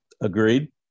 Agreed